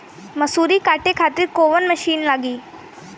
मसूरी काटे खातिर कोवन मसिन लागी?